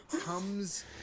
comes